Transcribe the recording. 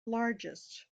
largest